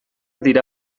dira